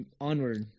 Onward